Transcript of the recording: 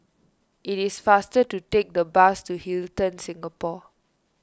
it is faster to take the bus to Hilton Singapore